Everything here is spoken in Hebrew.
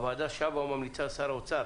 הוועדה שבה וממליצה לשר האוצר